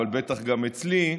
אבל בטח גם אצלי,